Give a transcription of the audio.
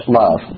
love